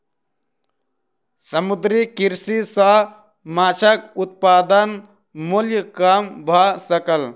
समुद्रीय कृषि सॅ माँछक उत्पादन मूल्य कम भ सकल